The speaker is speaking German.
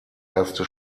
erste